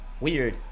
weird